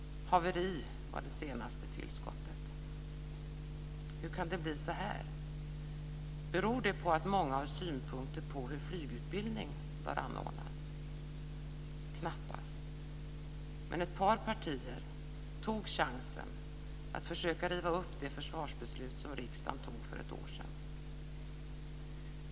Haveri var det senaste tillskottet. Hur kan det bli så här? Beror det på att många har synpunkter på hur flygutbildning bör anordnas? Knappast, men ett par partier tog chansen att försöka riva upp det försvarsbeslut som riksdagen fattade för ett år sedan.